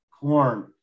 corn